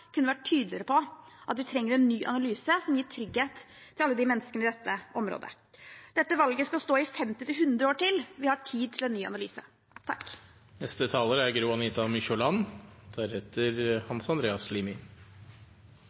kunne vært tydeligere på at vi trenger en ny analyse, som gir trygghet til alle menneskene i dette området. Dette valget skal stå i 50–100 år til. Vi har tid til en ny analyse.